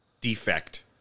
defect